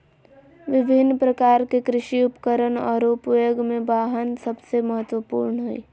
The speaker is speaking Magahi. विभिन्न प्रकार के कृषि उपकरण और उपयोग में वाहन सबसे महत्वपूर्ण हइ